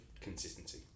consistency